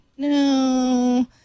No